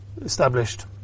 established